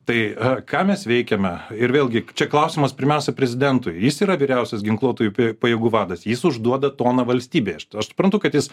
tai ką mes veikiame ir vėlgi čia klausimas pirmiausia prezidentui jis yra vyriausias ginkluotųjų pajėgų vadas jis užduoda toną valstybės aš suprantu kad jis